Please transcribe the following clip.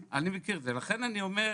לכן אני אומר: